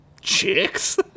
chicks